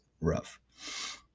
rough